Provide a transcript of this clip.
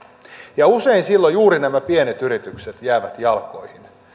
usein silloin juuri nämä pienet yritykset jäävät jalkoihin